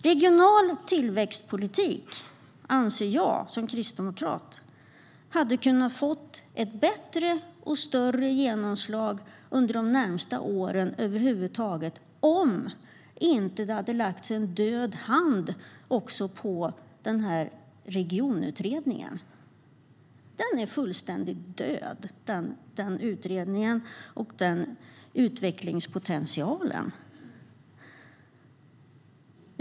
Regional tillväxtpolitik anser jag som kristdemokrat hade kunnat få ett bättre och större genomslag under de närmaste åren om inte en död hand hade lagts på den här regionutredningen. Utredningen är fullständigt död, och det är utvecklingspotentialen också.